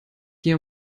hier